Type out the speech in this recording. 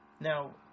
Now